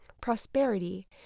prosperity